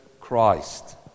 Christ